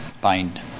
bind